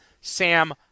Sam